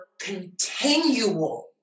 continual